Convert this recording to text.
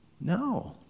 No